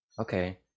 okay